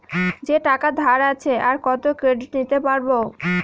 যে টাকা ধার আছে, আর কত ক্রেডিট নিতে পারবো?